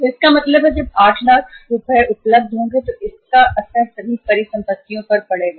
तो इसका मतलब है कि जब 8 लाख उपलब्ध होंगे तो इसका असर सभी परिसंपत्तियों पर पड़ेगा